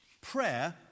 prayer